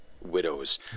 widows